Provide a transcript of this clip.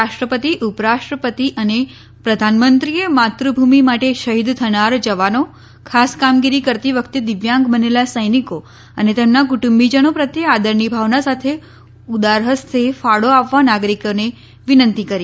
રાષ્ટ્રપતિ ઉપરાષ્ટ્રપતિ અને પ્રધાનમંત્રીએ માતૃભૂમિ માટે શહિદ થનાર જવાનો ખાસ કામગીરી કરતી વખતે દિવ્યાંગ બનેલા સૈનિકો અને તેમના કુટુંબિજનો પ્રત્યે આદરની ભાવના સાથે ઉદાર હસ્તે ફાળો આપવા નાગરોકને વિનંતી કરી છે